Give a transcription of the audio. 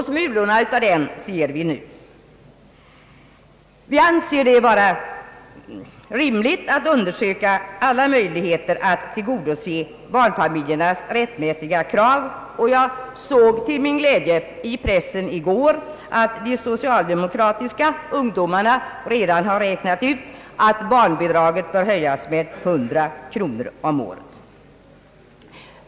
Smulorna av den ser vi nu. Vi anser det vara rimligt att undersöka alla möjligheter att tillgodose barnfamiljernas rättmätiga krav, och jag såg till min glädje i pressen i går, att de socialdemokratiska ungdomarna redan har räknat ut att barnbidraget bör höjas med 100 kronor om året.